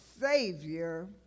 Savior